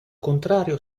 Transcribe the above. contrario